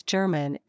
German